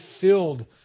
filled